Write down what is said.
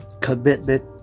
Commitment